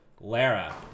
Lara